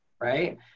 right